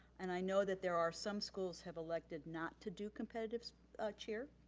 and i know that there are some schools have elected not to do competitive cheer.